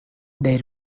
their